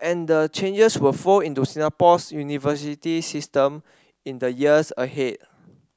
and the changes will flow into Singapore's university system in the years ahead